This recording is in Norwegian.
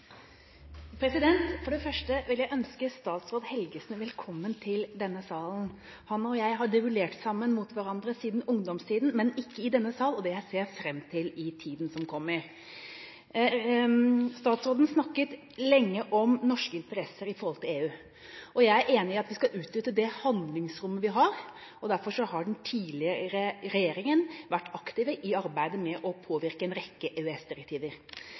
vil jeg ønske statsråd Helgesen velkommen til denne salen! Han og jeg har duellert mot hverandre siden ungdomstiden, men ikke i denne sal, og det ser jeg fram til i tiden som kommer. Statsråden snakket lenge om norske interesser overfor EU. Jeg er enig i at vi skal utnytte det handlingsrommet vi har. Derfor har den tidligere regjeringa vært aktiv i arbeidet med å påvirke en rekke